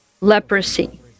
leprosy